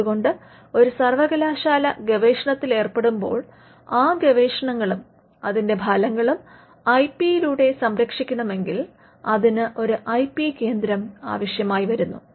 അതുകൊണ്ട് ഒരു സർവകലാശാല ഗവേഷണത്തിൽ ഏർപ്പെടുമ്പോൾ ആ ഗവേഷണങ്ങളും അതിന്റെ ഫലങ്ങളും ഐ പി യിലൂടെ സംരക്ഷിക്കണെമെങ്കിൽ അതിന് ഒരു ഐ പി കേന്ദ്രം ആവശ്യമാണ്